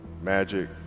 Magic